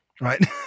Right